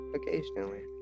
Occasionally